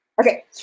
Okay